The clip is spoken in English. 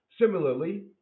Similarly